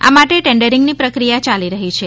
આ માટે ટેન્ડરિંગની પ્રક્રીયા ચાલી રહી છે